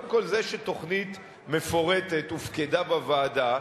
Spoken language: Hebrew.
קודם כול, זה שתוכנית מפורטת הופקדה בוועדה,